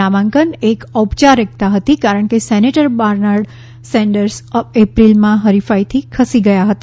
નામાંકન એક ઔપચારિકતા હતી કારણ કે સેનેટર બર્નાર્ડ સેન્ડર્સ એપ્રિલમાં હરીફાઈમાંથી ખસી ગયા હતા